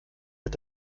mit